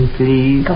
please